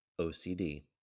OCD